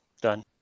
Done